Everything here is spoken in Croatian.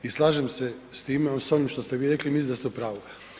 I slažem se s time, sa onim što ste vi rekli i mislim da ste u pravu.